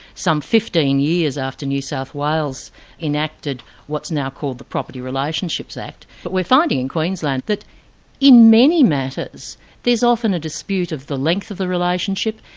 some fifteen years after new south wales enacted what's now called the property relationships act. but we're finding and queensland that in many matters there's often a dispute of the length of the relationship,